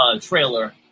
trailer